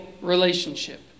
relationship